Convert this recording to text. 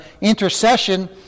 intercession